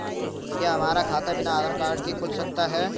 क्या हमारा खाता बिना आधार कार्ड के खुल सकता है?